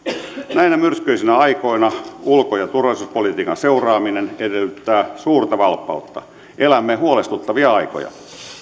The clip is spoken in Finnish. näinä myrskyisinä aikoina ulko ja turvallisuuspolitiikan seuraaminen edellyttää suurta valppautta elämme huolestuttavia aikoja